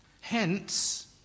Hence